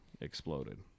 exploded